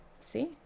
See